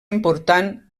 important